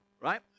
right